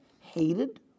hated